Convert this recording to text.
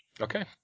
Okay